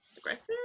Aggressive